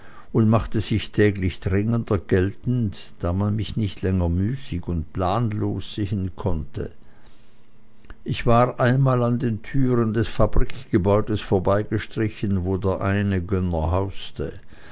und machte sich täglich dringender geltend da man mich nicht länger müßig und planlos sehen konnte ich war einmal an den türen des fabrikgebäudes vorbeigestrichen wo der eine gönner hauste